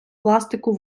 пластику